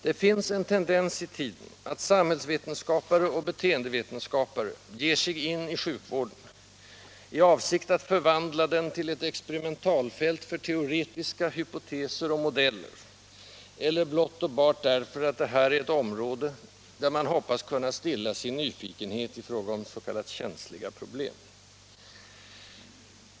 Det finns en tendens i tiden att samhällsvetenskapare och beteendevetenskapare ger sig in i sjukvården i avsikt att förvandla den till ett experimentfält för teoretiska hypoteser och modeller eller blott och bart därför att detta är ett område, där man hoppas kunna stilla sin nyfikenhet i fråga om ”känsliga” problem.